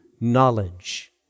knowledge